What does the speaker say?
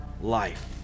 life